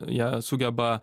jie sugeba